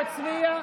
לא הצביע?